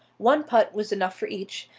one putt was enough for each,